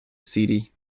city